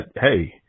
hey